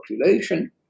population